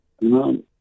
No